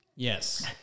Yes